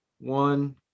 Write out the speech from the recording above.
one